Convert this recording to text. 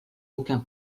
aucun